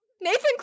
Nathan